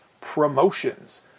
promotions